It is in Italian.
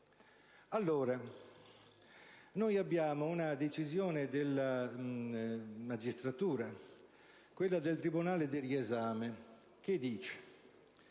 Allora, noi abbiamo una decisione della magistratura, quella del tribunale del riesame, secondo